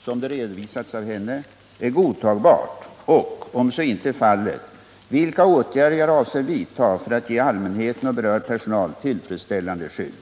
som det redovisats av henne är godtagbart och, om så inte är fallet, vilka åtgärder jag avser vidta för att ge allmänheten och berörd personal tillfredsställande skydd.